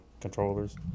controllers